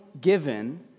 given